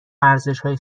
ارزشهای